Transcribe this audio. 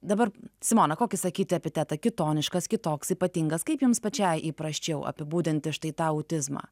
dabar simona kokį sakyti epitetą kitoniškas kitoks ypatingas kaip jums pačiai įprasčiau apibūdinti štai tą autizmą